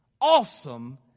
awesome